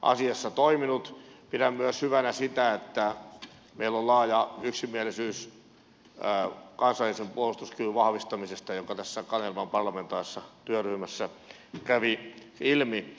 pidän myös hyvänä sitä että meillä on laaja yksimielisyys kansallisen puolustuskyvyn vahvistamisesta mikä kanervan parlamentaarisessa työryhmässä kävi ilmi